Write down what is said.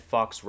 Fox